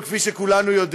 ועוד כמה מקומות כאלה, כאילו: